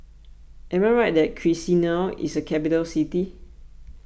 am I right that Chisinau is a capital city